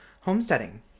homesteading